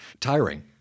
Tiring